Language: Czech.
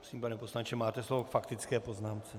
Prosím, pane poslanče, máte slovo k faktické poznámce.